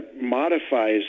modifies